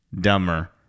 dumber